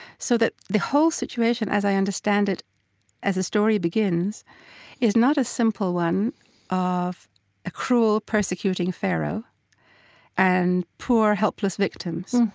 so the the whole situation as i understand it as the story begins is not a simple one of a cruel, persecuting pharaoh and poor, helpless victims.